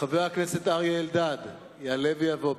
חבר הכנסת אריה אלדד, יעלה ויבוא.